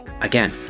again